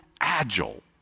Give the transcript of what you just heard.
agile